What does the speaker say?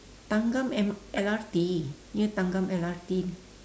thanggam M~ L_R_T near thanggam L_R_T